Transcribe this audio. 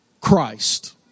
Christ